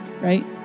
right